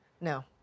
No